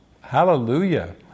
Hallelujah